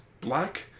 black